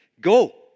Go